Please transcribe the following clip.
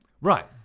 Right